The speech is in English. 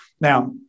Now